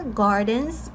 gardens